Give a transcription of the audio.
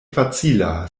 facila